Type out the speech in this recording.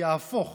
ויהפוך,